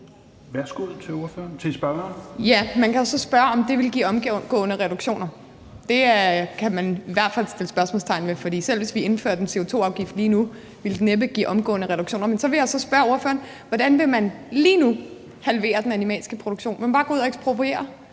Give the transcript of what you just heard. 22:17 Ida Auken (S): Man kan jo så spørge, om det ville give omgående reduktioner. Det kan man i hvert fald sætte spørgsmålstegn ved. Selv hvis vi indførte en CO2-afgift lige nu, ville den næppe give omgående reduktioner. Men så vil jeg spørge ordføreren, hvordan man lige nu vil halvere den animalske produktion. Vil man bare gå ud og ekspropriere?